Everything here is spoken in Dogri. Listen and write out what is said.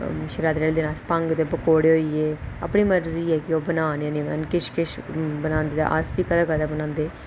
शिवरात्री आह्ले दिन अस भंग दे पकौड़े होई गे अपनी मर्जी ऐ की ओह् बनाने की नेईं बनाने किश किश बनांदे ते अस बी कदै कदै बनांदे